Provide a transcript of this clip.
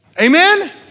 Amen